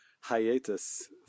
hiatus